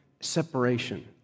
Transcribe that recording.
separation